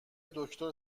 دکتر